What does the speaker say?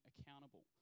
accountable